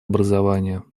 образование